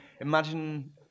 Imagine